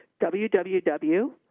www